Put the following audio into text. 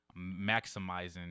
maximizing